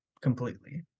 completely